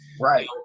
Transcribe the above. Right